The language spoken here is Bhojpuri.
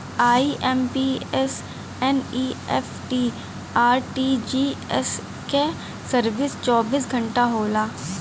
आई.एम.पी.एस, एन.ई.एफ.टी, आर.टी.जी.एस क सर्विस चौबीस घंटा होला